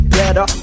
better